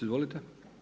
Izvolite.